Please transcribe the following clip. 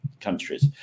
countries